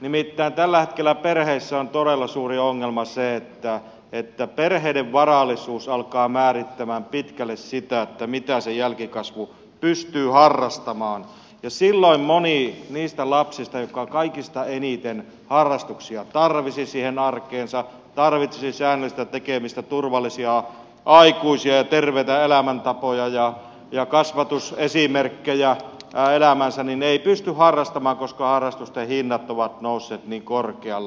nimittäin tällä hetkellä perheissä on todella suuri ongelma se että perheiden varallisuus alkaa määrittää pitkälle sitä mitä se jälkikasvu pystyy harrastamaan ja silloin moni niistä lapsista jotka kaikista eniten harrastuksia tarvitsisivat siihen arkeensa tarvitsisivat säännöllistä tekemistä turvallisia aikuisia ja terveitä elämäntapoja ja kasvatusesimerkkejä elämäänsä ei pysty harrastamaan koska harrastusten hinnat ovat nousseet niin korkealle